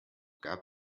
gab